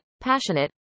passionate